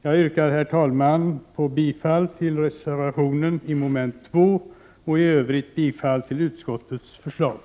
Jag yrkar, herr talman, bifall till reservationen och i övrigt till utskottets hemställan.